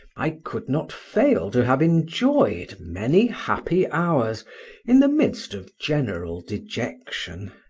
i could not fail to have enjoyed many happy hours in the midst of general dejection.